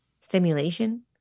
stimulation